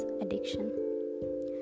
addiction